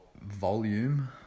volume